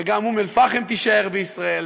וגם אום-אלפחם תישאר בישראל,